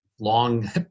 long